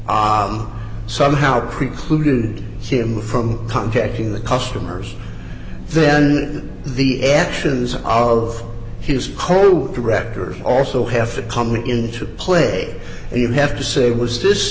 bob somehow precluded him from contacting the customers then the actions of his coal directors also have to come into play and you have to say was this